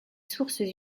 sources